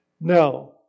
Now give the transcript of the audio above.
Now